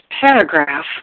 paragraph